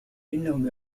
إنهم